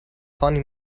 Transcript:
funny